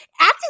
acting